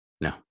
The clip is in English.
No